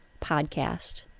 podcast